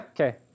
Okay